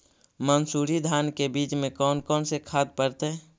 मंसूरी धान के बीज में कौन कौन से खाद पड़तै?